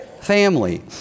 family